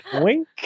Wink